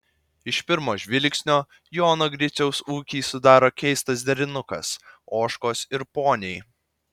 iš pirmo žvilgsnio jono griciaus ūkį sudaro keistas derinukas ožkos ir poniai